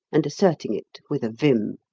and asserting it with a vim.